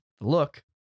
look